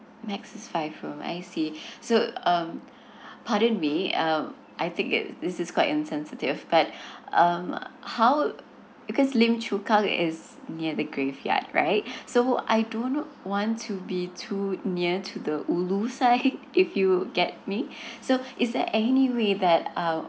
next is five room I see so um pardon me um I think that this is quite insensitive but um how because lim chu kang is near the graveyard right so I do not want to be too near to the ulu side if you get me so is there any way that um